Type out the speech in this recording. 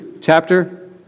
chapter